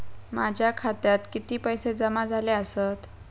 माझ्या खात्यात किती पैसे जमा झाले आसत?